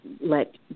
let